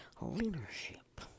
leadership